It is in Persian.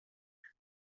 هستن